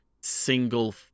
single